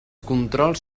controls